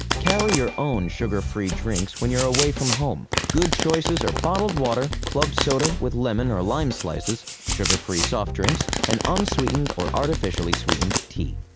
carry your own sugar-free drinks when you are away from home. good choices are bottled water, club soda with lemon or lime slices, sugar-free soft drinks, and unsweetened or artificially sweetened tea.